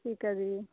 ਠੀਕ ਹੈ ਜੀ